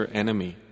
enemy